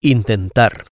Intentar